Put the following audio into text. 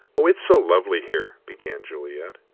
oh, it's so lovely here, began juliet.